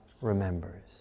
remembers